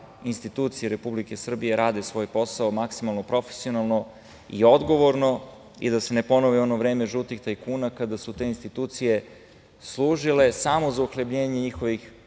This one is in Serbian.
institucije Republike Srbije rade svoj posao maksimalno, profesionalno i odgovorno i da se ne ponovi ono vreme žutih tajkuna kada su te institucije služile samo za uhlebljenje njihovih